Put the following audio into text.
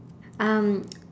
um